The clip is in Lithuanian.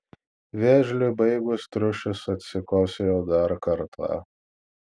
vėžliui baigus triušis atsikosėjo dar kartą